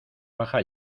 baja